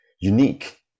unique